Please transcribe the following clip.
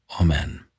Amen